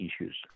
issues